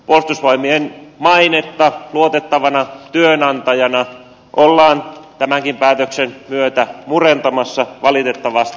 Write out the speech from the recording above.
puolustusvoimien mainetta luotettavana työnantajana ollaan tämänkin päätöksen myötä murentamassa valitettavasti